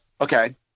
Okay